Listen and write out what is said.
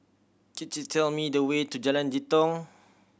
could you tell me the way to Jalan Jitong